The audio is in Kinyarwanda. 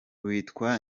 witwa